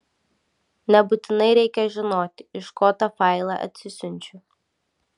nebūtinai reikia žinoti iš ko tą failą atsisiunčiu